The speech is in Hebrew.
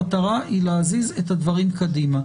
המטרה היא להזיז את הדברים קדימה,